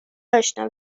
اشنا